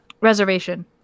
reservation